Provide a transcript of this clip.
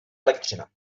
elektřina